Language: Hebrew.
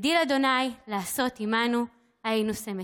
הגדיל ה' לעשות עמנו היינו שמחים".